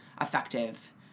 effective